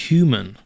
Human